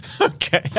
okay